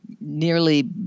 nearly